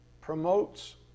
promotes